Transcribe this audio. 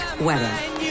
wedding